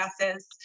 classes